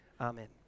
Amen